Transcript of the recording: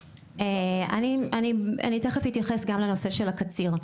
אני תיכף אתייחס גם לנושא של הקציר,